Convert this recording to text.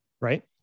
Right